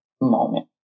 moment